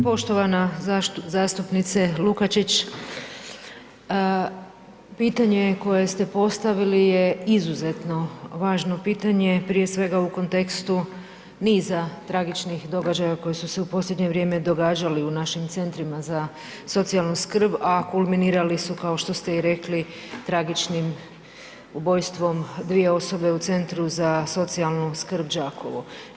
Poštovana zastupnice Lukačić, pitanje koje ste postavili je izuzetno važno pitanje prije svega u kontekstu niza tragičnih događaja koji su se u posljednje vrijeme događali u našim centrima za socijalnu skrb, a kulminirali su, kao što ste i rekli, tragičnim ubojstvom dvije osobe u Centru za socijalnu skrb Đakovo.